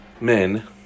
Men